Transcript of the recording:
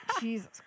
Jesus